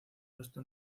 puesto